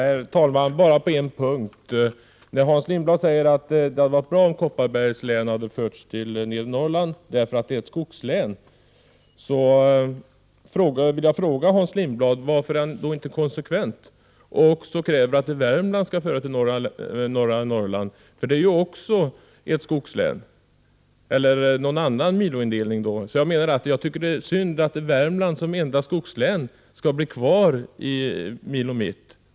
Herr talman! Jag vill ta upp bara en punkt. Hans Lindblad sade att det hade varit bra om Kopparbergs län hade förts till Nedre Norrlands militärområde, eftersom Kopparbergs län är ett skogslän. Då vill jag fråga Hans Lindblad varför man inte skall vara konsekvent och kräva att också Värmlands län skall föras till samma område. Värmlands län är ju också ett skogslän. Eller skall det vara en annan miloindelning? Jag tycker att det är synd att Värmlands län som enda skogslän skall bli kvar i Milo Mitt.